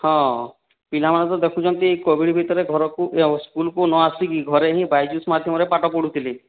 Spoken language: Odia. ହଁ ପିଲାମାନଙ୍କୁ ଦେଖୁଛନ୍ତି କୋଭିଡ୍ ଭିତରେ ଘରକୁ ସ୍କୁଲକୁ ନ ଆସି କି ଘରେ ହିଁ ବାଇଜୁସ୍ ମାଧ୍ୟମରେ ପାଠ ପଢୁଥିଲେ